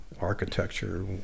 architecture